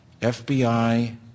FBI